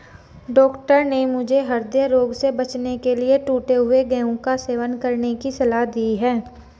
doctor ने मुझे हृदय रोग से बचने के लिए टूटे हुए गेहूं का सेवन करने की सलाह दी है